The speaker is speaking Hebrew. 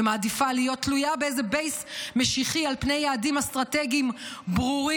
ומעדיפה להיות תלויה באיזה בייס משיחי על פני יעדים אסטרטגיים ברורים.